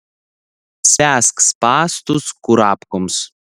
spęsk spąstus kurapkoms